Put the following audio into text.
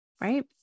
Right